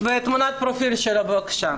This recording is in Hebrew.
תמונת פרופיל שלו, בבקשה.